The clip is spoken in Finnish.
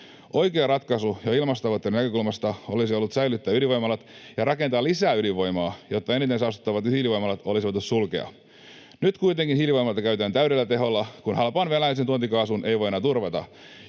Oikea ratkaisu jo ilmastotavoitteiden näkökulmasta olisi ollut säilyttää ydinvoimalat ja rakentaa lisää ydinvoimaa, jotta eniten saastuttavat hiilivoimalat olisi voitu sulkea. Nyt kuitenkin hiilivoimaloita käytetään täydellä teholla, kun halpaan venäläiseen tuontikaasuun ei voi enää turvata.